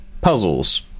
puzzles